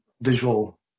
visual